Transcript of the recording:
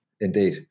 indeed